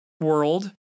world